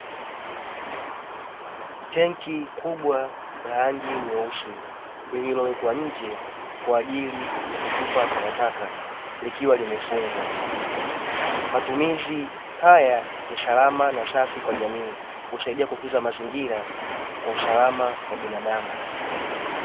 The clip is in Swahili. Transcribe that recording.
Tanki kubwa la rangi nyeusi lililowekwa nje kwa ajili ya kutupa takataka likiwa limefungwa, matumizi haya ni salama na safi kwa jamii husaidia kutunza mazaingira kwa usalama wa binadamu.